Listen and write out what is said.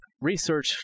research